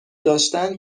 داشتن